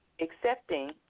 accepting